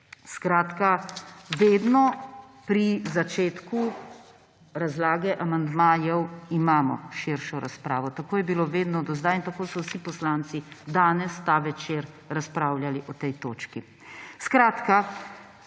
Skratka, vedno pri začetku razlage amandmajev imamo širšo razpravo, tako je bilo vedno do sedaj in tako so vsi poslanci danes, ta večer razpravljali o tej točki. Glavni